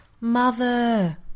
Mother